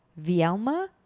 Vielma